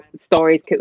stories